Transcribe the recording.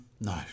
No